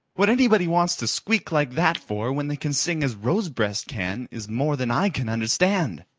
what anybody wants to squeak like that for when they can sing as rosebreast can, is more than i can understand.